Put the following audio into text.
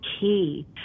key